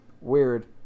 Weird